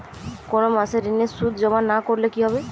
কোনো মাসে ঋণের সুদ জমা না করলে কি হবে?